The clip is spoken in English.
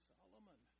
Solomon